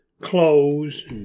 clothes